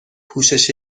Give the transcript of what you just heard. پوشش